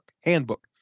handbook